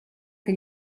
che